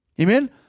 Amen